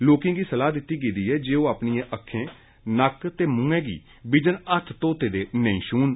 लोकें गी सलाह् दित्ती गेई ऐ जे ओह् अपनिएं अक्खें नक्क ते मुंह् गी बिजन हत्थ घोते दे नेईं छून